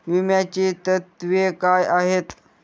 विम्याची तत्वे काय आहेत?